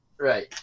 Right